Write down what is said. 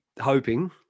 hoping